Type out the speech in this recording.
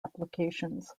applications